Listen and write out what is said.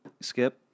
skip